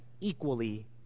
equally